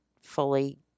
fully